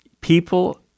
People